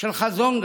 של חזון גדול,